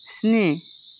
स्नि